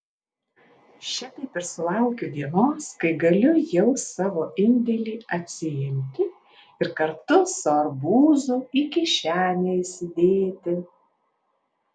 šitaip ir sulaukiu dienos kai galiu jau savo indėlį atsiimti ir kartu su arbūzu į kišenę įsidėti